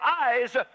eyes